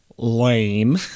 Lame